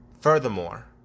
furthermore